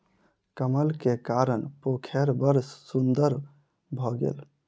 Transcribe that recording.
कमल के कारण पोखैर बड़ सुन्दर भअ गेल